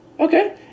Okay